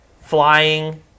flying